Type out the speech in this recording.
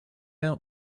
out